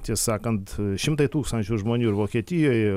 tiesa sakant šimtai tūkstančių žmonių ir vokietijoje